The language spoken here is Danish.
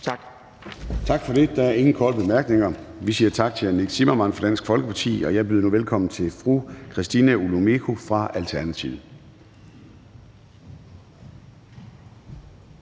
Gade): Tak for det. Der er ingen korte bemærkninger. Vi siger tak til hr. Nick Zimmermann fra Dansk Folkeparti. Og jeg byder nu velkommen til fru Christina Olumeko fra Alternativet.